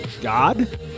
God